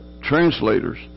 translators